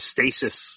stasis